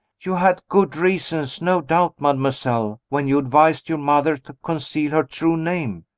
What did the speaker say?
you had good reasons, no doubt, mademoiselle, when you advised your mother to conceal her true name,